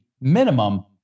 minimum